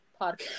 podcast